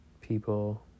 people